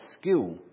skill